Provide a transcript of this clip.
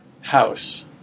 house